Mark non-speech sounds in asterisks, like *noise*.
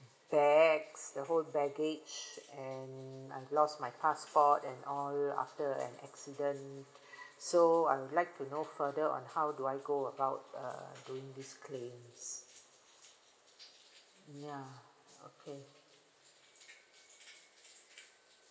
bags the whole baggage and I lost my passport and all after an accident *breath* so I would like to know further on how do I go about uh doing this claims ya okay